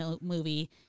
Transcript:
movie